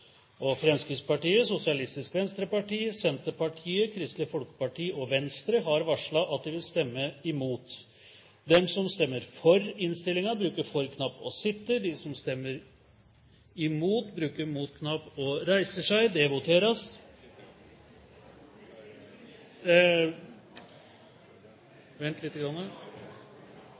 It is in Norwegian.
Stortinget. Fremskrittspartiet, Sosialistisk Venstreparti, Senterpartiet, Kristelig Folkeparti og Venstre har varslet at de vil stemme imot. Det voteres